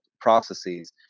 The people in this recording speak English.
processes